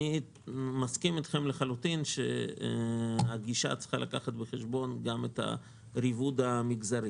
אני מסכים אתכם לחלוטין שהגישה צריכה לקחת בחשבון גם את הריבוד המגזרי.